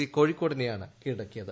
C കോഴിക്കോടിനെയാണ് കീഴടക്കിയത്